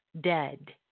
dead